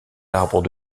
arbres